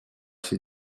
się